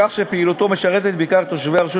בכך שפעילותו משרתת בעיקר את תושבי הרשות